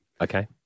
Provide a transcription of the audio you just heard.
Okay